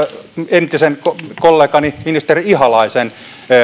entisen kollegani ministeri ihalaisen